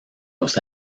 los